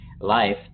life